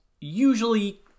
usually